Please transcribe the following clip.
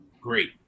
great